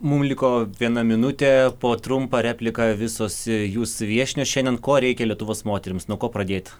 mum liko viena minutė po trumpą repliką visos jūs viešnios šiandien ko reikia lietuvos moterims nuo ko pradėt